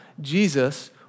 Jesus